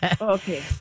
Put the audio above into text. Okay